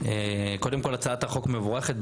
קודם כול, הצעת החוק היא מבורכת.